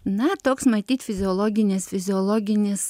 na toks matyt fiziologinis fiziologinis